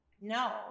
no